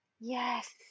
yes